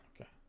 okay